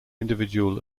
individual